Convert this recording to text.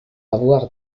avoir